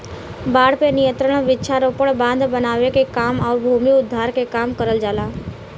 बाढ़ पे नियंत्रण वृक्षारोपण, बांध बनावे के काम आउर भूमि उद्धार के काम करल जाला